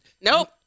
Nope